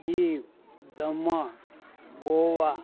Diu Daman Goa